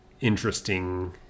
interesting